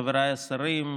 חבריי השרים,